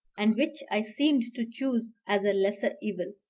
and which i seemed to choose as a lesser evil.